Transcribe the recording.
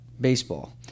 baseball